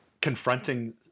confronting